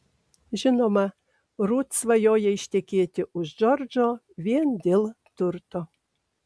žinoma rut svajoja ištekėti už džordžo vien dėl turto